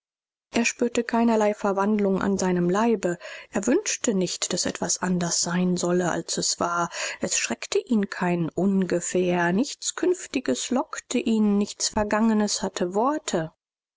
er spürte keinerlei verwandlung an seinem leibe er wünschte nicht daß etwas anders sein solle als es war es schreckte ihn kein ungefähr nichts künftiges lockte ihn nichts vergangenes hatte worte